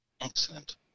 Excellent